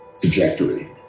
trajectory